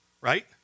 right